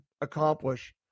accomplish